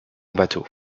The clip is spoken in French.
bateaux